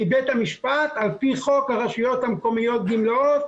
מבית המשפט על פי חוק הרשויות המקומיות (גמלאות)